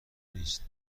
نیست